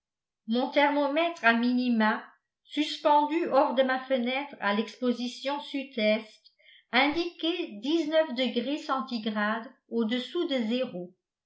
mon thermomètre à minima suspendu hors de ma fenêtre à l'exposition sud-est indiquait degrés centigrades au-dessous de zéro